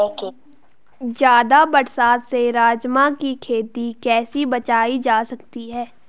ज़्यादा बरसात से राजमा की खेती कैसी बचायी जा सकती है?